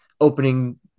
opening